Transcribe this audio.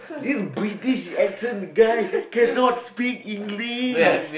this British accent guy cannot speak English